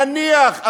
עזבי, נניח.